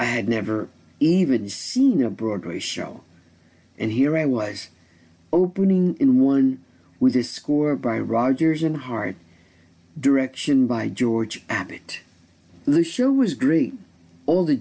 i had never even seen a broadway show and here i was opening in one with a score by rodgers and hart direction by george abbott the show was great all the